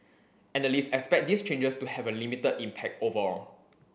analysts expect these changes to have a limited impact overall